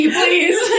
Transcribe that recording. please